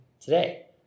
today